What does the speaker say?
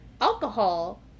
alcohol